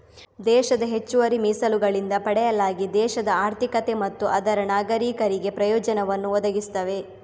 ದೇಶದ ಹೆಚ್ಚುವರಿ ಮೀಸಲುಗಳಿಂದ ಪಡೆಯಲಾಗಿ ದೇಶದ ಆರ್ಥಿಕತೆ ಮತ್ತು ಅದರ ನಾಗರೀಕರಿಗೆ ಪ್ರಯೋಜನವನ್ನು ಒದಗಿಸ್ತವೆ